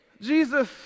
Jesus